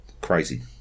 Crazy